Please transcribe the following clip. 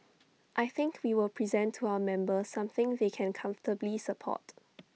I think we will present to our members something they can comfortably support